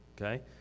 okay